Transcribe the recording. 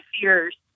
fears